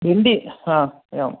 भिण्डि हा एवम्